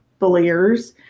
bulliers